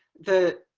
the